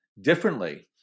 differently